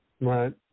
right